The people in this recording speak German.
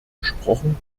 gesprochen